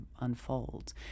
unfolds